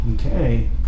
Okay